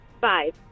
Five